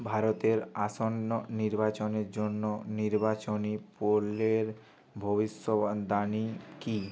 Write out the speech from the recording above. ভারতের আসন্ন নির্বাচনের জন্য নির্বাচনী পোলের ভবিষ্যদ্বাণী কী